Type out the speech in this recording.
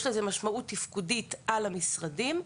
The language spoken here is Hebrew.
יש לזה משמעות תפקודית על המשרדים,